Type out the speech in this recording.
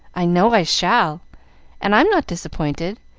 i know i shall and i'm not disappointed,